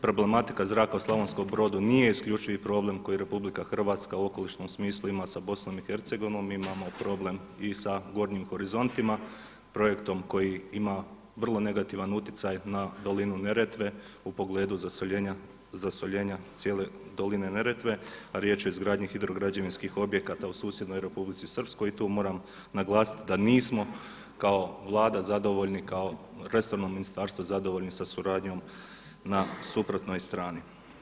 Problematika zraka u Slavonskom Brodu nije isključivi problem koji Republika Hrvatska u okolišnom smislu ima sa Bosnom i Hercegovinom, imamo problem i sa „gornjim horizontima“, projektom koji ima vrlo negativan utjecaj na dolinu Neretve u pogledu zasoljenja cijele doline Neretve a riječ je o izgradnji hidrograđevinskih objekata u susjednoj Republici Srpskoj i tu moram naglasiti da nismo kao Vlada zadovoljni, kao resorno ministarstvo zadovoljni sa suradnjom na suprotnoj strani.